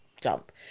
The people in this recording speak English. jump